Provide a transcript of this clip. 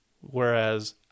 whereas